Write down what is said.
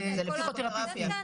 זה לפסיכותרפיסטים.